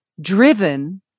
driven